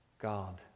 God